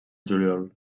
juliol